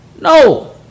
No